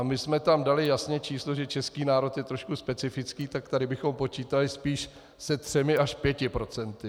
My jsme tam dali jasně číslo, že český národ je trošku specifický, tak tady bychom počítali spíš se 3 až 5 %.